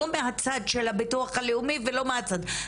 לא מהצד של הביטוח הלאומי ולא מהצד,